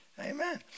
Amen